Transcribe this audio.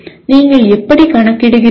நீங்கள் எப்படி கணக்கிடுகிறீர்கள்